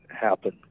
happen